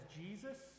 Jesus